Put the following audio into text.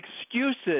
excuses